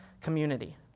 community